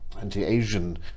anti-asian